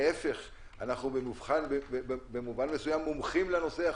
להפך, אנחנו במובן מסוים מומחים לנושא עכשיו.